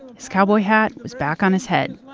his cowboy hat was back on his head,